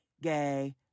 gay